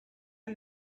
are